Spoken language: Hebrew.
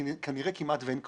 כנראה כמעט ואין כלום.